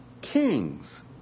kings